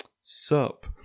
Sup